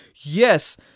yes